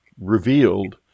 revealed